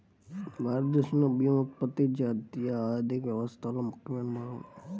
భారతదేశంలో బియ్యం ఉత్పత్తి జాతీయ ఆర్థిక వ్యవస్థలో ముఖ్యమైన భాగం